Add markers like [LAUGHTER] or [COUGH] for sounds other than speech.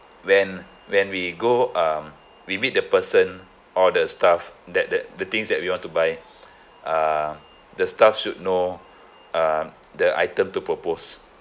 when when we go um we meet the person or the staff that that the things that we want to buy [BREATH] uh the staff should know uh the item to propose